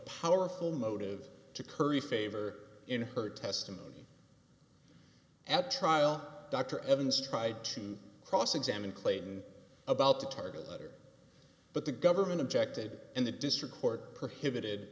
powerful motive to curry favor in her testimony at trial dr evans tried to cross examine clayton about the target letter but the government objected and the district court prohibited